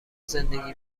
زندگی